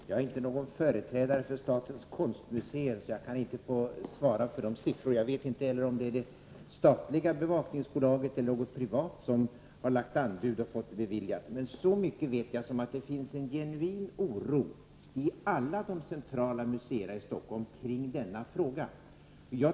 Fru talman! Jag är inte någon företrädare för statens konstmuseer, så jag kan inte svara för beloppen. Jag vet inte heller om det är det statliga bevakningsbolaget eller något privat bolag som lagt anbud och fått det beviljat. Jag vet dock att det finns en genuin oro i alla de centrala museerna i Stockholm kring denna fråga.